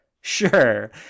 sure